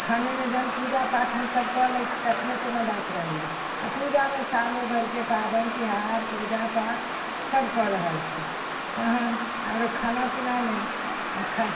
खानेमे जहन हम पूजा पाठ हमसभ कऽ लै छी तखने कोनो बात रहैये आओर पूजामे सालो भरिके पाबनि तिहार पूजा पाठ सभ कऽ रहल छी तहन आरो खाना पीनामे खऽ